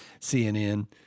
CNN